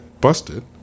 busted